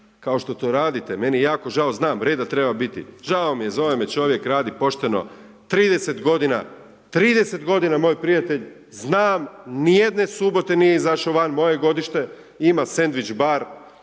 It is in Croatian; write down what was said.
kao što to radite, meni je jako žao, znam, reda treba biti, žao mi je, zove me čovjek, radi pošteno 30 g., 30 g. moj prijatelj, znam, nijedne subote nije izašao van, moje godište, ima sendvič bar,